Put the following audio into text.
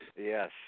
Yes